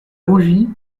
rougi